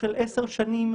אני יודע שזה בעייתי.